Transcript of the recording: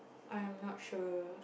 I'm not sure